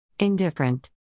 Indifferent